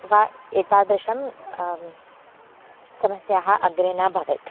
वा एतादृशी समस्या अग्रे न भवेत्